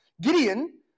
Gideon